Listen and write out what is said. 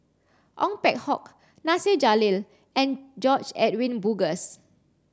Ong Peng Hock Nasir Jalil and George Edwin Bogaars